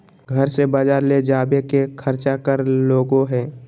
घर से बजार ले जावे के खर्चा कर लगो है?